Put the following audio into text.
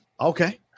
okay